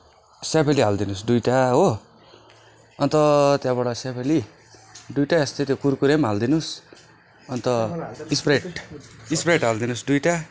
स्याफाले हालिदिनुहोस् दुईवटा हो अन्त त्यहाँबाट स्याफाले दुईटा जस्तो त्यो कुर्कुरे पनि हालिदिनुहोस् अन्त स्प्राइट स्प्राइट हालिदिनुहोस् दुईवटा